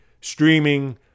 streaming